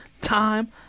time